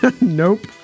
Nope